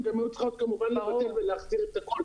הן גם צריכות כמובן להחזיר את הכל.